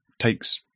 takes